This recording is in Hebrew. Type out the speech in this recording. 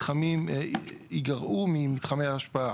מתחמים ייגרעו ממתחמי ההשפעה.